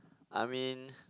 I mean